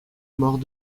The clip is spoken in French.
mort